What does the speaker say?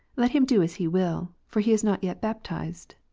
let him do as he will, for he is not yet baptized?